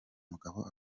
umugabo